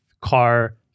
car